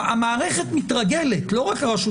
המערכת מתרגלת, לא רק הרשות